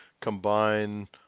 combine